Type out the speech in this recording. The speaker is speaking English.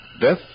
Death